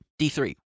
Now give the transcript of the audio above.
D3